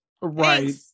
Right